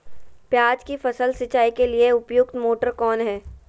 प्याज की फसल सिंचाई के लिए उपयुक्त मोटर कौन है?